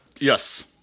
Yes